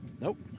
Nope